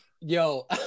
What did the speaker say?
Yo